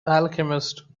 alchemist